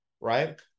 right